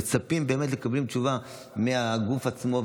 מצפים לקבל תשובה מהגוף עצמו.